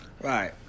Right